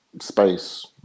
space